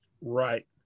Right